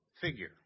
figure